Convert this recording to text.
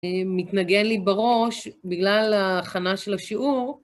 מתנגן לי בראש בגלל הכנה של השיעור.